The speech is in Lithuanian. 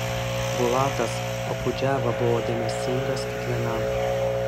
bulatas okudžava buvo dėmesingas kiekvienam